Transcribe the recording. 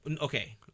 Okay